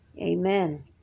Amen